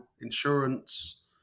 insurance